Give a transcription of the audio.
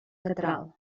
catral